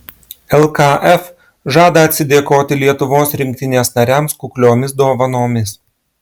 lkf žada atsidėkoti lietuvos rinktinės nariams kukliomis dovanomis